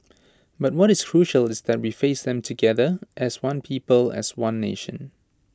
but what is crucial is that we face them together as one people as one nation